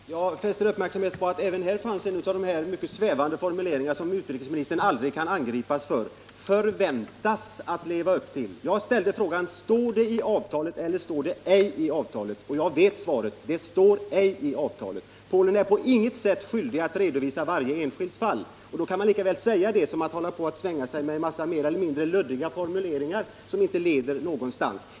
Herr talman! Jag vill fästa uppmärksamheten på att det även i utrikesministerns senaste inlägg fanns en av dessa mycket svävande formuleringar, ”rimligen kunna förväntas”, som utrikesministern aldrig kan angripas för. Jag ställde frågan: Står det i avtalet, eller står det ej i avtalet att resp. land skall redovisa skälen till avvisning? Jag vet svaret — det står ej i avtalet. Polen är på inget sätt skyldigt att redovisa varje enskilt fall. Då kan man lika väl säga det som att svänga sig med en massa mer eller mindre luddiga formuleringar som inte leder någonstans.